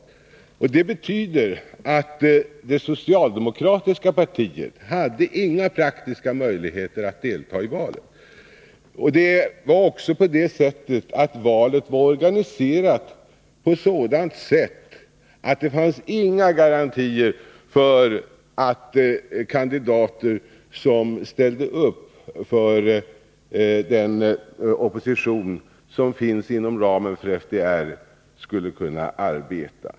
Det betyder att det socialdemokratiska partiet inte hade några praktiska möjligheter att delta i valet. Valet var också organiserat på sådant sätt att det fanns inga garantier för att de kandidater som ställde upp för den opposition som finns inom ramen för FDR skulle kunna arbeta.